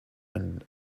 and